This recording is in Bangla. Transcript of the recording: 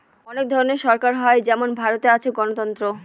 অনেক ধরনের সরকার হয় যেমন ভারতে আছে গণতন্ত্র